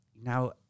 now